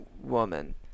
woman